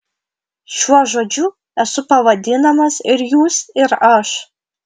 šiuo žodžiu esu pavadinamas ir jūs ir aš